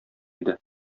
иде